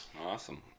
Awesome